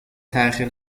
تأخیر